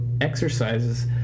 exercises